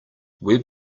web